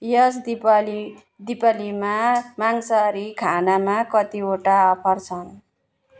यस दीपावली दीपावलीमा मांसाहारी खानामा कतिवटा अफर छन्